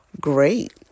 great